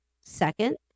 second